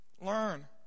Learn